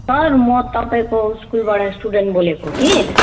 sir म तपाईँको स्कुलबाट स्टुडेन्ट बोलेको कि